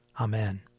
Amen